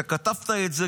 אתה גם כתבת את זה,